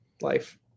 life